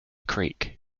creek